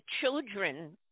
children